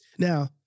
Now